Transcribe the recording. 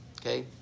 Okay